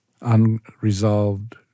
unresolved